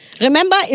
Remember